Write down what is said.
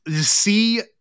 see